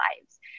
lives